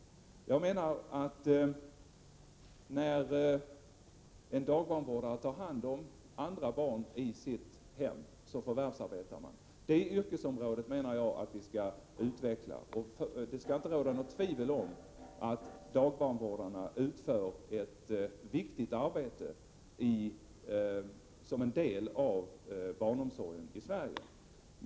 Jag menar att den dagbarnvårdare som tar hand om andra barn i sitt hem förvärvsarbetar. Det yrkesområdet bör utvecklas, och det skall inte råda något tvivel om att dagbarnvårdarna utför ett viktigt arbete som en del av barnomsorgen i Sverige.